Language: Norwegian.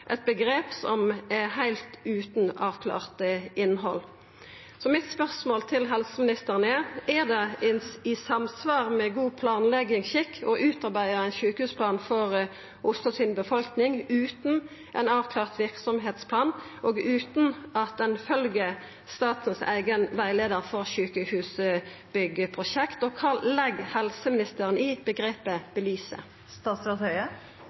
eit omgrep som er heilt utan avklart innhald. Mitt spørsmål til helseministeren er: Er det i samsvar med god planleggingsskikk å utarbeida ein sjukehusplan for befolkninga i Oslo utan ein avklart verksemdsplan og utan at ein følgjer statens eigen rettleiar for sjukehusbyggjeprosjekt, og kva legg helseministeren i